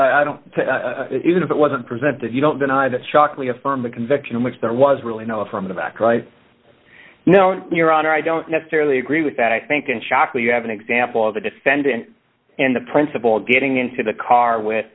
don't i don't even if it wasn't present that you don't deny that shockley affirm the conviction which there was really no affirmative act right no your honor i don't necessarily agree with that i think in shock that you have an example of a defendant in the principle getting into the car with